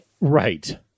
Right